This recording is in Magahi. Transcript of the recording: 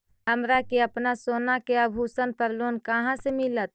हमरा के अपना सोना के आभूषण पर लोन कहाँ से मिलत?